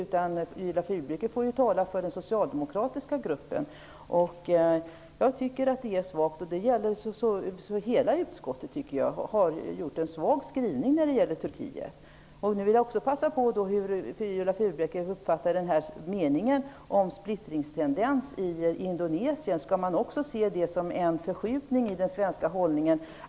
Hon får tala för den socialdemokratiska gruppen. Jag tycker att hela utskottet har gjort en svag skrivning när det gäller Turkiet. Jag vill passa på att fråga hur Viola Furubjelke uppfattar meningen om splittringstendens i Indonesien. Skall man se den som en förskjutning i den svenska hållningen?